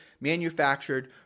manufactured